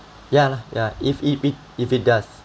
ya lah ya if it if if it does